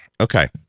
okay